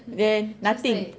then nothing